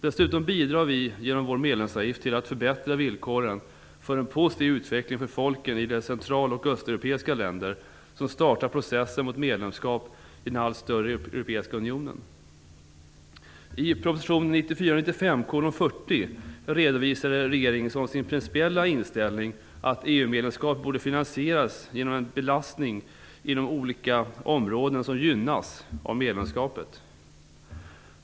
Dessutom bidrar vi genom vår medlemsavgift till att förbättra villkoren för en positiv utveckling för folken i de central och östeuropeiska länder som startat processen mot medlemskap i den allt större europeiska unionen. I proposition 1994/95:40 redovisar regeringen som sin principiella inställning att EU-medlemskapet bör finansieras genom en belastning inom olika områden som gynnas av medlemskapet.